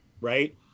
right